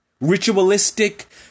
Ritualistic